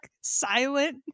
silent